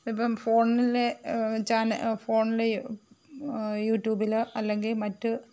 ഇപ്പം ഫോണിലെ ചാനൽ ഫോണിലെ യൂടൂബിലോ അല്ലെങ്കിൽ മറ്റ്